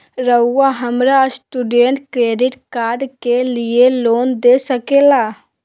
रहुआ हमरा student credit card के लिए लोन दे सके ला?